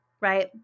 right